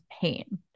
pain